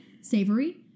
Savory